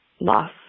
loss